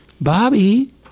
Bobby